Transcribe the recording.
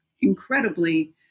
incredibly